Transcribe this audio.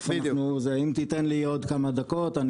אם תיתן לי עוד כמה דקות.